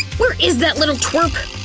where is that little twerp?